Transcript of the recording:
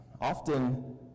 often